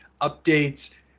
updates